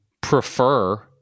prefer